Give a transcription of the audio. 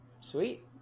Sweet